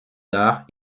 arts